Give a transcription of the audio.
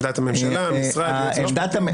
עמדת הממשלה, עמדת המשרד.